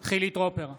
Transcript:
בהצבעה חילי טרופר,